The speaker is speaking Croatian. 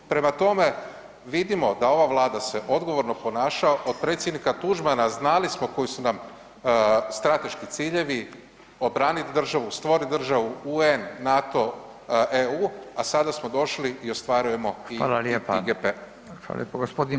Prema tome, vidimo da ova Vlada se odgovorno ponaša od predsjednika Tuđmana znali smo koji su nam strateški ciljevi, obraniti državu, stvoriti državu, UN, NATO, EU, a sada smo došli i ostvarujemo [[Upadica: Hvala lijepa.]] i IGP.